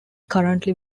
currently